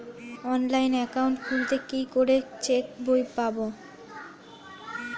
Online account খুললে কি করে চেক বই পাব?